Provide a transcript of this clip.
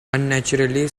unnaturally